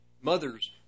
mothers